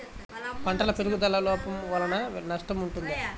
పంటల పెరుగుదల లోపం వలన నష్టము ఉంటుందా?